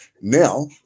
Now